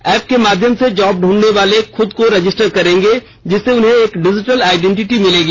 app के माध्यम से जॉब दूढने वाले खुद को रजिस्टर करेंगे जिससे उन्हें एक डिजीटल आइडेंटिटी मिलेगी